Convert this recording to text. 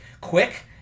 quick